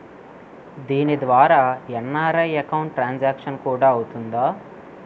దీని ద్వారా NRI account transaction కూడా అవుతుందా?